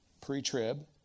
pre-trib